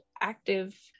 active